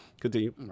Continue